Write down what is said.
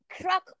crack